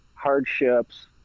hardships